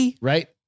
Right